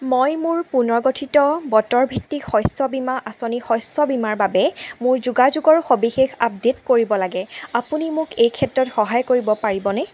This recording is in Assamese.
মই মোৰ পুনৰ্গঠিত বতৰ ভিত্তিক শস্য বীমা আঁচনি শস্য বীমাৰ বাবে মোৰ যোগাযোগৰ সবিশেষ আপডে'ট কৰিব লাগে আপুনি মোক এই ক্ষেত্ৰত সহায় কৰিব পাৰিবনে